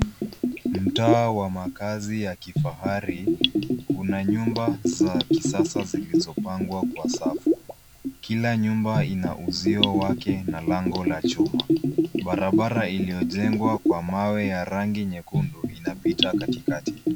Mtaa wa makazi ya kifahari una nyumba za kisasa zilizopangwa kwa safu. Kila nyumba ina uzio wake na lango la chuma. Barabara iliyojengwa kwa mawe ya rangi nyekundu inapita katikati.